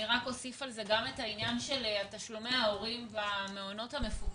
אני רק אוסיף על זה גם את העניין של תשלומי הורים במעונות המפוקחים.